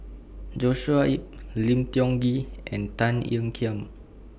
Joshua Ip Lim Tiong Ghee and Tan Ean Kiam